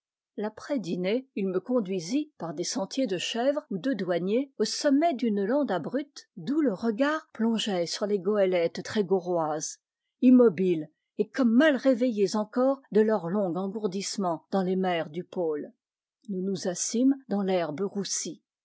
l'après-dînée il me conduisit par des sentiers de chèvres ou de douaniers au sommet d'une lande abrupte d'où le regard plongeait sur les goélettes trégoroises immobiles et comme mal réveillées encore de leur long engourdissement dans les mers du pôle nous nous assîmes dans l'herbe roussie